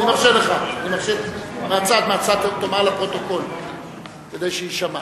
מהצד, תאמר לפרוטוקול כדי שיישמע.